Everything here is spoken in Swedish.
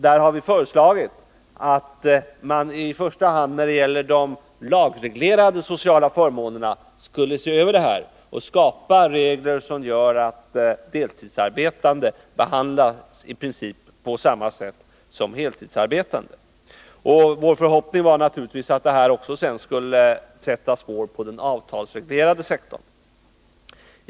Där har vi föreslagit att man i första hand när det gäller de lagreglerade sociala förmånerna skulle se över problemen och skapa regler som gör att deltidsarbetande behandlas på i princip samma sätt som heltidsarbetande. Vår förhoppning var naturligtvis att detta sedan skulle sätta spår på den avtalsreglerade sektorn.